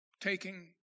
taking